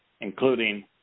including